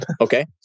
Okay